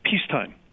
peacetime